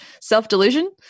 self-delusion